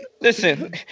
Listen